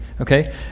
okay